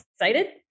excited